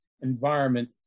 environment